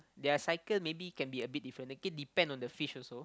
their cycle maybe can be a bit different again depend on the fish also